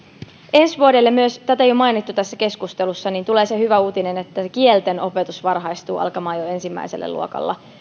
ensi vuodelle tulee tätä ei ole mainittu tässä keskustelussa myös se hyvä uutinen että kieltenopetus varhaistuu alkamaan jo ensimmäisellä luokalla